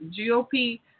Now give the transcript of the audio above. GOP